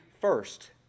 first